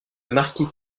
marquis